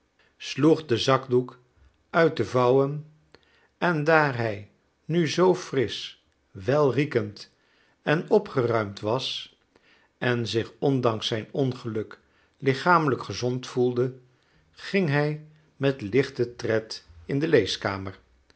sloeg den zakdoek uit de vouwen en daar hij nu zoo frisch welriekend en opgeruimd was en zich ondanks zijn ongeluk lichamelijk gezond gevoelde ging hij met lichten tred in de leeskamer waar